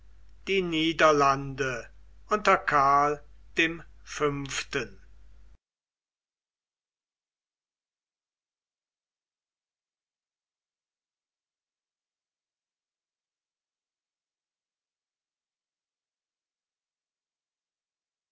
die niederlande unter karl dem fünften